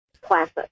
classic